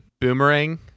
boomerang